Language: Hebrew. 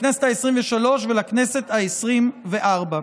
לכנסת העשרים-ושלוש ולכנסת העשרים-וארבע.